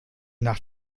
nach